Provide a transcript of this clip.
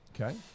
Okay